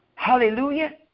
Hallelujah